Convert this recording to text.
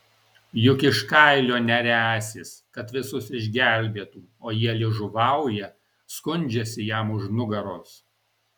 juk iš kailio neriąsis kad visus išgelbėtų o jie liežuvauja skundžiasi jam už nugaros